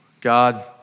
God